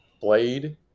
blade